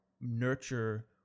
nurture